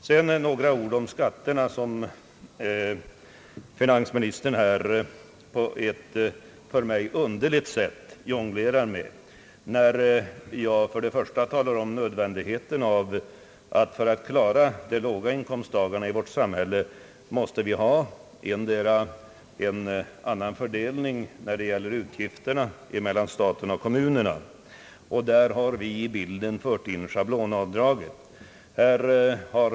Sedan vill jag säga några ord om skatterna, som finansministern här jonglerar med på ett för mig underligt sätt. Jag talade om att det för att hjälpa de lågavlönade inkomsttagarna i vårt samhälle är nödvändigt med en annan fördelning av utgifterna mellan staten och kommunerna. Vi har där fört in schablonavdraget i bilden.